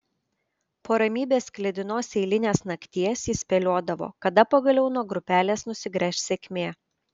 po ramybės sklidinos eilinės nakties jis spėliodavo kada pagaliau nuo grupelės nusigręš sėkmė